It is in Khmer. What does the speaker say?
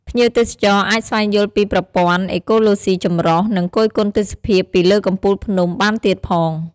ភ្ញៀវទេសចរអាចស្វែងយល់ពីប្រព័ន្ធអេកូឡូស៊ីចម្រុះ និងគយគន់ទេសភាពពីលើកំពូលភ្នំបានទៀតផង។